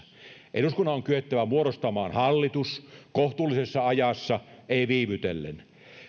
eduskunnan on kyettävä muodostamaan hallitus kohtuullisessa ajassa ei viivytellen